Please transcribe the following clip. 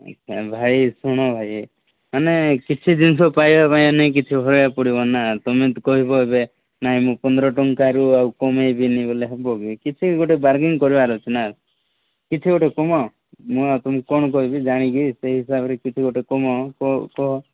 ଆଚ୍ଛା ଭାଇ ଶୁଣ ଭାଇ ମାନେ କିଛି ଜିନିଷ ପାଇବା ପାଇଁ ହେଲେ କିଛି ହରେଇବାକୁ ପଡ଼ିବନା ତୁମେ ତ କହିବ ନାଇଁ ମୁଁ ପନ୍ଦର ଟଙ୍କାରୁ ଆଉ କମେଇବିନି ବୋଲେ ହେବ କି କିଛି ଗୋଟେ ବାରଗେନ୍ କରିବାର ଅଛି ନା କିଛି ଗୋଟେ କମାଅ ମୁଁ ଆଉ ତୁମକୁ କ'ଣ କହିବି ଜାଣିକି ସେଇ ହିସାବରେ କିଛି ଗୋଟେ କମାଅ